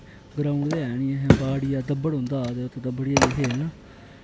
ground ते ऐ गै निं हा बाह्डी होंदी ही दब्बड़ जेइयै खेलना